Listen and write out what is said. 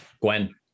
Gwen